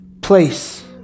place